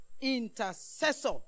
intercessor